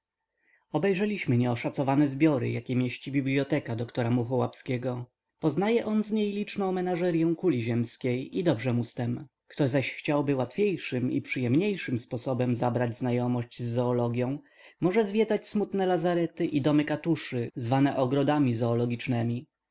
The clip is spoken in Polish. obejrzeliśmy nieoszacowane skarby jakie mieści biblioteka dra muchołapskiego poznaje on z niej liczną menażeryę kuli ziemskiej i dobrze mu z tem kto zaś chciałby łatwiejszym i przyjemniejszym sposobem zabrać znajomość z zoologią może zwiedzać smutne lazarety i domy katuszy zwane ogrodami zoologicznemi